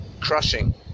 crushing